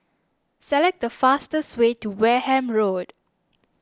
select the fastest way to Wareham Road